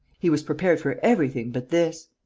he was prepared for everything but this.